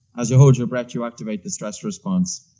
as you hold your breath you activate the stress response.